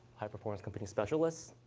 high performance computing specialist.